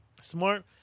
Smart